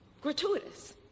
gratuitous